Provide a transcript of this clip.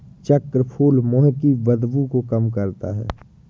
चक्रफूल मुंह की बदबू को कम करता है